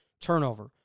turnover